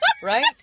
Right